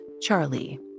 Charlie